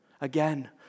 Again